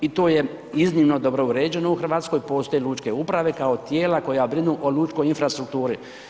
I to je iznimno dobro uređeno u Hrvatskoj, postoje lučke uprave kao tijela koja brinu o lučkoj infrastrukturi.